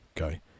okay